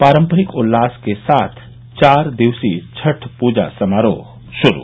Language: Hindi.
पारम्परिक उल्लास के साथ चार दिवसीय छठ पूजा समारोह शुरू